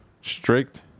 strict